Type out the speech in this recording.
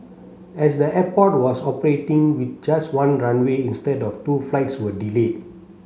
as the airport was operating with just one runway instead of two flights were delayed